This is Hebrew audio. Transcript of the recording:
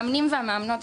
גם ארגון המאמנים,